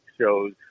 shows